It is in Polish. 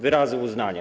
Wyrazy uznania.